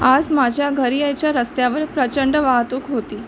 आज माझ्या घरी यायच्या रस्त्यावर प्रचंड वाहतूक होती